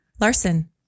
Larson